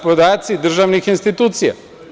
Podaci državnih institucija.